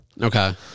Okay